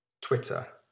Twitter